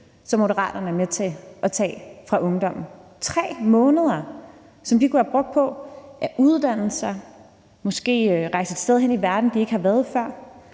som Moderaterne er med til at tage fra ungdommen – 3 måneder, som de kunne have brugt på at uddanne sig, måske rejse et sted hen i verden, de ikke har været før,